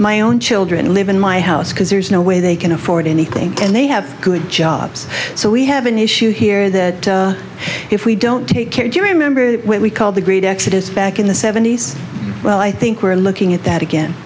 my own children live in my house because there's no way they can afford anything and they have good jobs so we have an issue here that if we don't take care to remember that when we called the great exodus back in the seventy's well i think we're looking at that again